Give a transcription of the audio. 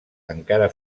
encara